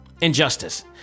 injustice